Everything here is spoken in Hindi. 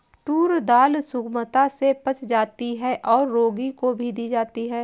टूर दाल सुगमता से पच जाती है और रोगी को भी दी जाती है